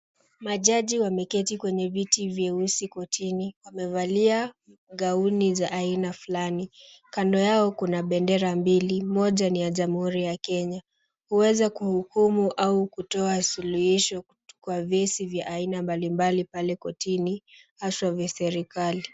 Majaji wameketi kwenye viti vyeusi kortini wamevalia gauni za aina fulani. Kando yao kuna bendera mbili moja ni ya jamhuri ya Kenya. Huweza kuhukuma au kutoa suluhisho kwa vyesi vya aina mbalimbali pale kortini haswa vya serikali.